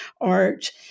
art